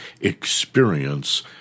experience